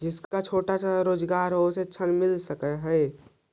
जिसका छोटा सा रोजगार है उसको ऋण मिल सकता है?